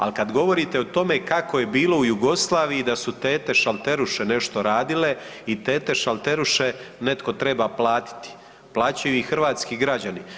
Ali kad govorite o tome kako je bilo u Jugoslaviji, da su tete šalteruše nešto radile i tete šalteruše netko treba platiti, plaćaju ih hrvatski građani.